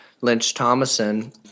Lynch-Thomason